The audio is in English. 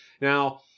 Now